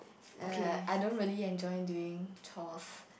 err I don't really enjoy during chores